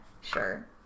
sure